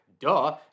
Duh